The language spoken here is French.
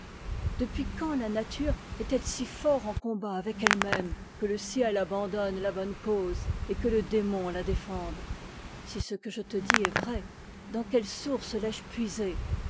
depuis quand la nature est-elle si fort en combat avec elle-même que le ciel abandonne la bonne cause et que le démon la défende si ce que j te dis est vrai dans quelle source l'ai-je puisé